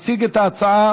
יציג את ההצעה